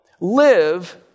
Live